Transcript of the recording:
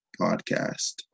Podcast